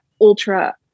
ultra